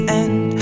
end